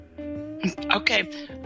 Okay